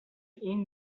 این